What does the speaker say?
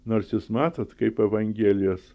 nors jūs matot kaip evangelijos